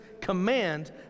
command